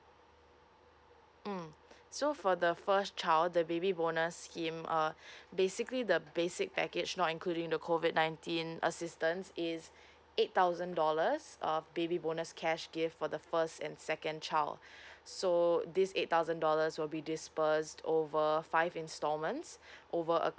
mm so for the first child the baby bonus scheme uh basically the basic package not including the COVID nineteen assistance is eight thousand dollars uh baby bonus cash gift for the first and second child so this eight thousand dollars will be dispersed over five instalments over a